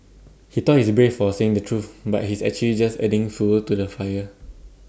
he thought he's brave for saying the truth but he's actually just adding fuel to the fire